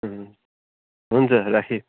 हुन्छ राखेँ